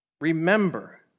Remember